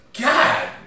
God